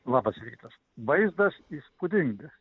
labas rytas vaizdas įspūdingas